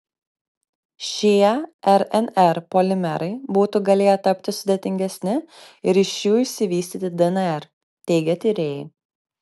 šie rnr polimerai būtų galėję tapti sudėtingesni ir iš jų išsivystyti dnr teigia tyrėjai